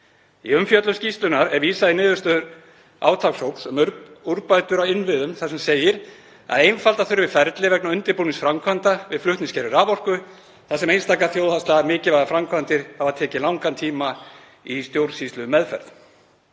Í umfjöllun skýrslunnar er vísað í niðurstöður átakshóps um úrbætur á innviðum þar sem segir að einfalda þurfi ferlið vegna undirbúnings framkvæmda við flutningskerfi raforku þar sem einstaka þjóðhagslega mikilvægar framkvæmdir hafi tekið langan tíma í stjórnsýslumeðferð.